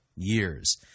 Years